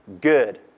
good